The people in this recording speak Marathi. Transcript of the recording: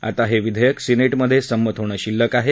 आता हे विधेयक सिनेटमध्ये संमत होणं शिल्लक आहे